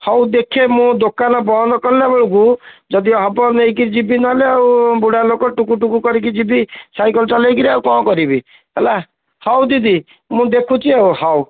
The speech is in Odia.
ହଉ ଦେଖେ ମୁଁ ଦୋକାନ ବନ୍ଦ କଲା ବେଳକୁ ଯଦି ହେବ ନେଇକରି ଯିବି ନହେଲେ ଆଉ ବୁଢ଼ା ଲୋକ ଟୁକୁ ଟୁକୁ କରିକି ଯିବି ସାଇକେଲ ଚଲାଇକରି ଆଉ କ'ଣ କରିବି ହେଲା ହଉ ଦିଦି ମୁଁ ଦେଖୁଛି ଆଉ ହଉ